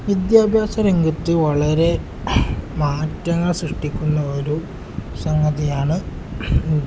വിദ്യാഭ്യാസ രംഗത്ത് വളരെ മാറ്റങ്ങൾ സൃഷ്ടിക്കുന്ന ഒരു സംഗതിയാണ്